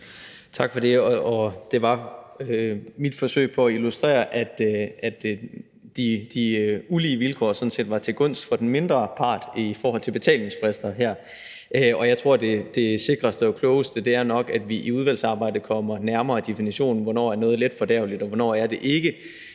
Tak for det. Det var mit forsøg på at illustrere, at de ulige vilkår sådan set var til gunst for den mindre part i forhold til betalingsfrister. Jeg tror, det sikreste og klogeste nok er, at vi i udvalgsarbejdet kommer nærmere definitionen af, hvornår noget er letfordærveligt, og hvornår det ikke